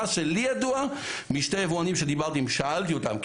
מה שלי ידוע משני יבואנים ששאלתי אותם,